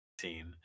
scene